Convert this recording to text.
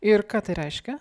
ir ką tai reiškia